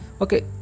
okay